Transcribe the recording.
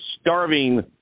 starving